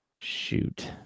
Shoot